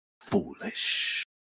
Foolish